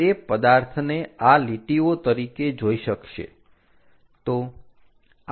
તે પદાર્થને આ લીટીઓ તરીકે જોઈ શકશે